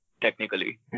technically